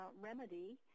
remedy